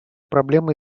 проблемы